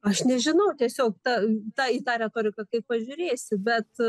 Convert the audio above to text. aš nežinau tiesiog ta tą į tą retoriką kaip pažiūrėsi bet